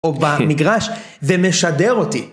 או במגרש, ומשדר אותי.